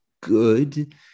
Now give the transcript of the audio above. good